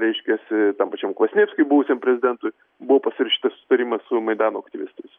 reiškiasi tam pačiam kvasnevskiui buvusiam prezidentui buvo pasirašytas susitarimas su maidano aktyvistais